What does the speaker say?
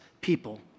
people